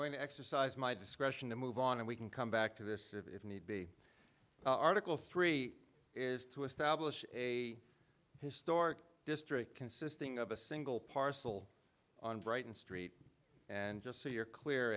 going to exercise my discretion to move on and we can come back to this if need be article three is to establish a historic district consisting of a single parcel on brighton street and just so you're clear